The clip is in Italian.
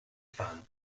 fan